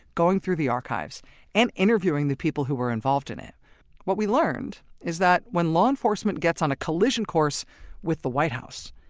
going through the archives and interviewing the people who were involved in it what we learned, is that when law enforcement gets on a collision course with the white house,